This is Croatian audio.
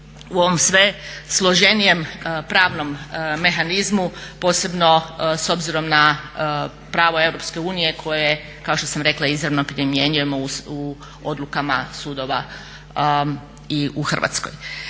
u ovom sve složenijem pravnom mehanizmu, posebno s obzirom na pravo Europske unije koje kao što sam rekla izravno primjenjujemo u odlukama sudova i u Hrvatskoj.